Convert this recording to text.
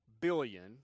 billion